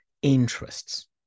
Interests